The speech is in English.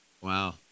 Wow